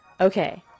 Okay